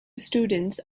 students